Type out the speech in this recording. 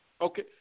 Okay